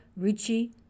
Ruchi